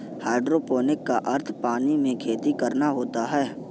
hydroponic का अर्थ पानी में खेती करना होता है